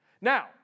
Now